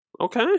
Okay